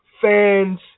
fans